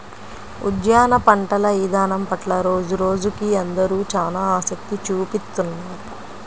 ఉద్యాన పంటల ఇదానం పట్ల రోజురోజుకీ అందరూ చానా ఆసక్తి చూపిత్తున్నారు